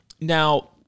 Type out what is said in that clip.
Now